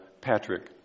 Patrick